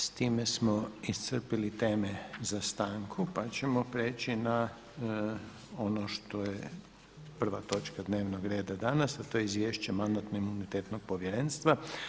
S time smo iscrpili teme za stanku pa ćemo preći na ono što je prva točka dnevnog reda danas, a to je: - Izvješće Mandatno-imunitetnog povjerenstva.